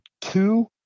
two